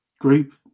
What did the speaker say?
group